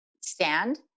stand